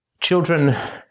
children